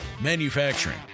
Manufacturing